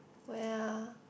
where ah